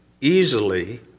easily